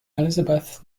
elizabeth